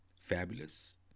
fabulous